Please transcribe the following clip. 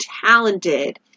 talented